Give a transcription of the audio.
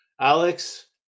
Alex